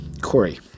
corey